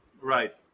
Right